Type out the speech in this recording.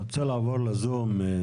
אני רוצה לעבור לזום.